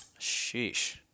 Sheesh